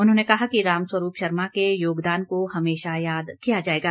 उन्होंने कहा कि रामस्वरूप शर्मा के योगदान को हमेशा याद किया जाएगा